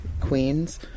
queens